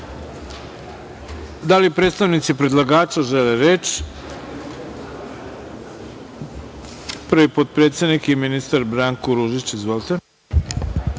20.Da li predstavnici predlagača žele reč? Reč ima prvi potpredsednik i ministar Branko Ružić. Izvolite.